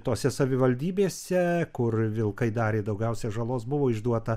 tose savivaldybėse kur vilkai darė daugiausia žalos buvo išduota